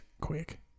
quick